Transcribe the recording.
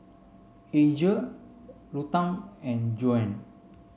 Asia Ruthann and Joan